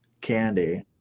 Candy